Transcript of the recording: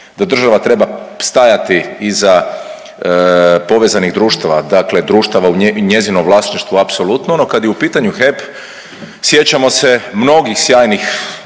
da država treba stajati iza povezanih društava dakle društava u njezinom vlasništvo apsolutno. No kad je u pitanju HEP sjećamo se mnogih sjajnih